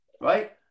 Right